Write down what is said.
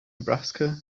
nebraska